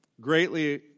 greatly